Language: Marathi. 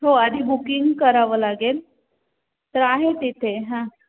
हो आधी बुकिंग करावं लागेल तर आहे तिथे हां